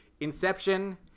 Inception